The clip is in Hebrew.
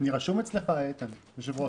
אני רשום אצלך, איתן, יושב-ראש?